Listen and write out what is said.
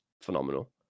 phenomenal